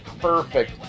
perfect